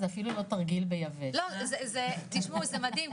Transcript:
זה אפילו לא תרגיל ביבש --- תשמעו זה מדהים,